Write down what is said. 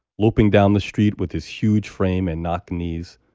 loping down the street with his huge frame and knock knees.